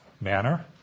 manner